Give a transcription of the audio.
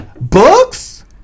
Books